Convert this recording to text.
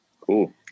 Cool